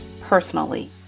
personally